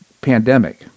pandemic